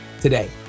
today